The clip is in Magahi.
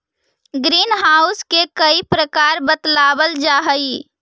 ग्रीन हाउस के कई प्रकार बतलावाल जा हई